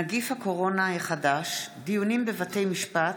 נגיף הקורונה החדש) (דיונים בבתי משפט